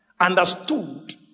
understood